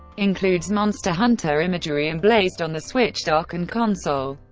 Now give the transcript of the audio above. includes monster hunter imagery emblazed on the switch dock and console.